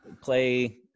play